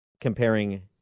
Comparing